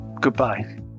goodbye